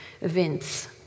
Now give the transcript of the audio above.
events